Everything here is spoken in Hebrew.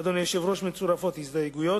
מצורפות הסתייגויות.